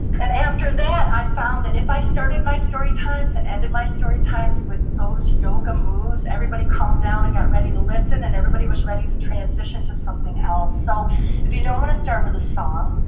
and after that, i found that if i started my story times, and ended my story times with those yoga moves, everybody calmed down and got ready to listen, and everybody was ready to transition to something else. so if you don't want to start with a song,